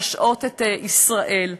להשעות את ישראל,